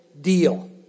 deal